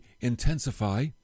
intensify